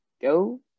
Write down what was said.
go